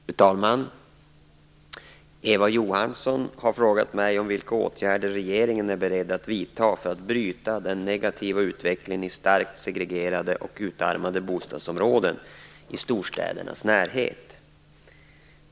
Fru talman! Eva Johansson har frågat mig vilka åtgärder regeringen är beredd att vidta för att bryta den negativa utvecklingen i starkt segregerade och utarmade bostadsområden i storstädernas närhet.